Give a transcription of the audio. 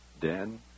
Dan